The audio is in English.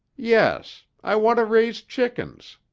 yes. i want to raise chickens,